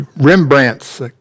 Rembrandt's